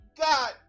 god